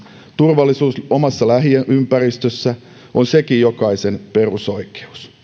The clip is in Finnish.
turvallisuus omassa lähiympäristössä on sekin jokaisen perusoikeus